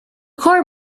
court